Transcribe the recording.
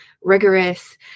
rigorous